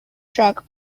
track